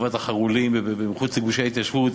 בגבעת החרולים ומחוץ לגושי ההתיישבות,